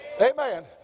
Amen